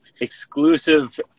exclusive